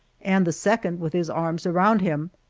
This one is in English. and the second with his arms around him.